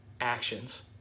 actions